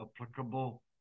applicable